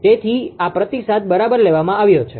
તેથી આ પ્રતિસાદ બરાબર લેવામાં આવ્યો છે